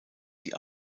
die